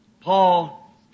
Paul